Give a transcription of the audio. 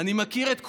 אני מכיר את כולך,